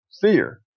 fear